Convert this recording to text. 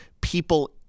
people